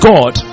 God